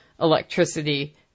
electricity